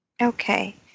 Okay